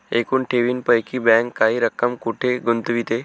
एकूण ठेवींपैकी बँक काही रक्कम कुठे गुंतविते?